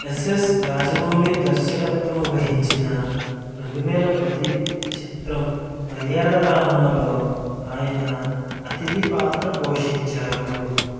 SS Rajamouli దర్శకత్వం వహించిన రెండు వేల పది చిత్రం మర్యాదరామన్నలో ఆయన అతిథి పాత్ర పోషించారు